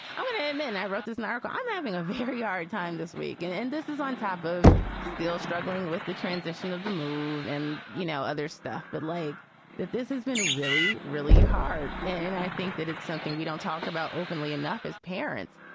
i went to him and i wrote this an hour ago. i'm having a very hard time this week. and and this is on top of still struggling with the transition of the move. and, you know, other stuff. but like that, this has been really, really hard. and i think that it's something we don't talk about openly enough as parents,